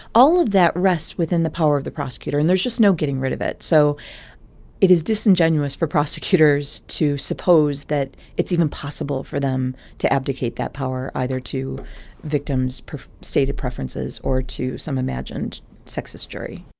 all of that rests within the power of the prosecutor, and there's just no getting rid of it. so it is disingenuous for prosecutors to suppose that it's even possible for them to abdicate that power, either either to victims stated preferences or to some imagined sexist jury